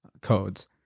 codes